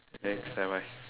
next nevermind